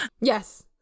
Yes